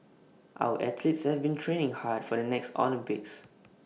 our athletes have been training hard for the next Olympics